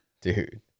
Dude